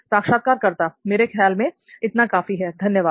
साक्षात्कारकर्ता मेरे ख्याल से इतना काफी है धन्यवाद